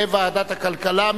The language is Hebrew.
לוועדת הכלכלה.